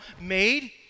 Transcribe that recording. made